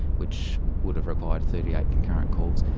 which would have required thirty eight concurrent calls.